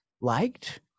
liked